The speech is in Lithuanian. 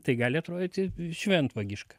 tai gali atrodyti šventvagiška